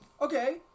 Okay